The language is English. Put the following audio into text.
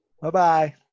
Bye-bye